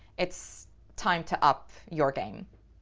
it's time to up your game.